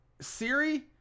Siri